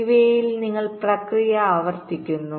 ഇവയിൽ നിങ്ങൾ പ്രക്രിയ ആവർത്തിക്കുന്നു